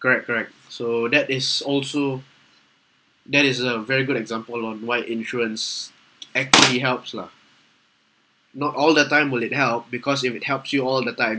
correct correct so that is also that is a very good example on why insurance actually helps lah not all the time will it help because if it helps you all the time